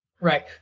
Right